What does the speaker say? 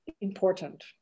important